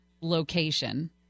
location